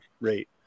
rate